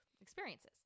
experiences